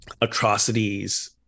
atrocities